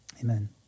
Amen